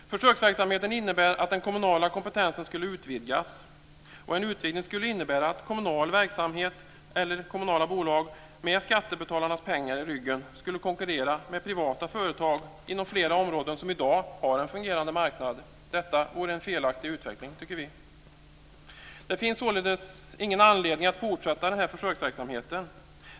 Försöksverksamheten innebär att den kommunala kompetensen skulle utvidgas, och en utvidgning skulle innebära att kommunal verksamhet eller kommunala bolag med skattebetalarnas pengar i ryggen skulle konkurrera med privata företag inom flera områden som i dag har en fungerande marknad. Detta vore en felaktig utveckling, tycker vi. Det finns således ingen anledning att fortsätta denna försöksverksamhet.